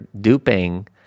duping